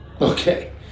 okay